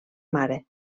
mare